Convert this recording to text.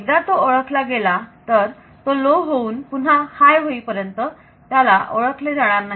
एकदा तो ओळखला गेला तर तो लो होऊन पुन्हा हाय होईपर्यंत त्याला ओळखले जाणार नाही